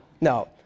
No